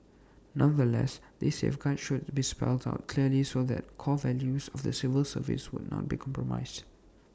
nonetheless these safeguards should be spelled out clearly so the core values of the civil service would not be compromised